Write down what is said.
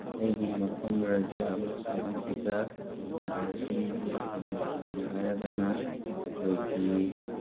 ꯑꯩꯒꯤ ꯃꯐꯝ ꯔꯥꯖ꯭ꯌꯥ ꯑꯃꯁꯨꯡ ꯑꯁꯤꯗ ꯁꯍꯔꯁꯤꯡꯒꯤ ꯍꯦꯟꯅ ꯐꯪꯕ ꯍꯥꯏꯔꯒꯅ ꯑꯩꯈꯣꯏꯒꯤ